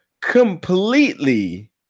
completely